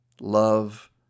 love